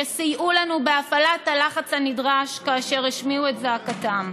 שסייעו לנו בהפעלת הלחץ הנדרש כאשר השמיעו את זעקתם,